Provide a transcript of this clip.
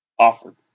Offered